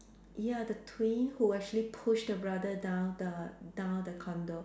ya the twin who actually pushed the brother down the down the condo